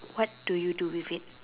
what do you do with it